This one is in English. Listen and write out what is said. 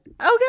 Okay